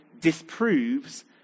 disproves